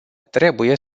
trebuie